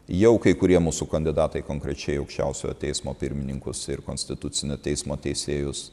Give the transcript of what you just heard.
jau kai kurie mūsų kandidatai konkrečiai į aukščiausiojo teismo pirmininkus ir konstitucinio teismo teisėjus